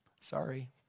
Sorry